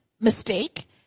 mistake